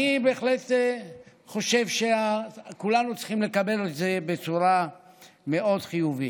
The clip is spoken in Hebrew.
אני בהחלט חושב שכולנו צריכים לקבל את זה בצורה מאוד חיובית.